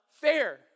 fair